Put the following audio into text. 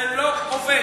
זה לא עובד.